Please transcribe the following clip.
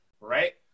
right